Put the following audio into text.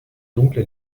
dunkle